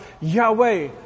Yahweh